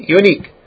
unique